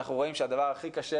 אנחנו רואים שהדבר הכי קשה